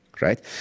right